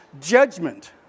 judgment